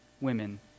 women